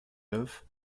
neuf